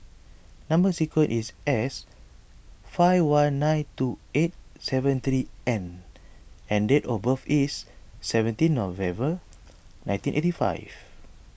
Number Sequence is S five one nine two eight seven three N and date of birth is seventeen November nineteen eighty five